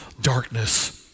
darkness